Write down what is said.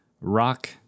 rock